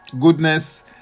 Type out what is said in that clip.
goodness